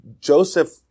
Joseph